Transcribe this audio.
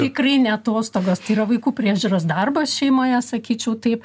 tikrai ne atostogos tai yra vaikų priežiūros darbas šeimoje sakyčiau taip